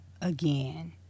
again